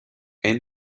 and